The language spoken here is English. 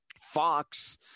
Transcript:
Fox